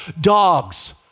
dogs